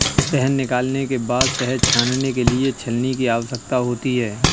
शहद निकालने के बाद शहद छानने के लिए छलनी की आवश्यकता होती है